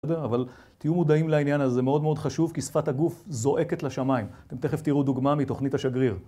אבל תהיו מודעים לעניין הזה, מאוד מאוד חשוב, כי שפת הגוף זועקת לשמיים. אתם תכף תראו דוגמה מתוכנית השגריר.